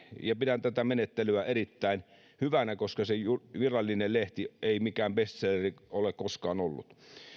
pidän tätä menettelyä erittäin hyvänä koska se virallinen lehti ei mikään bestseller ole koskaan ollut